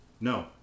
No